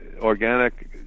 organic